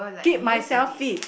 keep myself fit